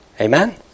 Amen